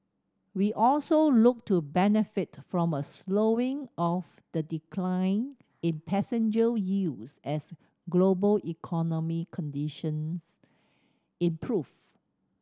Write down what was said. we also look to benefit from a slowing of the decline in passenger yields as global economic conditions improve